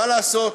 מה לעשות,